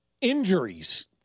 injuries